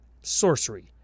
sorcery